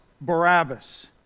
Barabbas